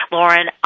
Lauren